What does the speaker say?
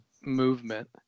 movement